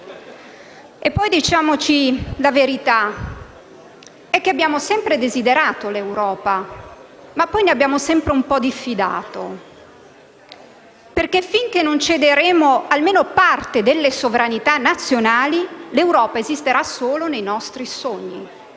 E, poi, diciamoci la verità: abbiamo sempre desiderato l'Europa, ma poi ne abbiamo sempre un po' diffidato. Infatti, finché non cederemo almeno parte delle sovranità nazionali, l'Europa esisterà solo nei nostri sogni.